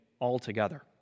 altogether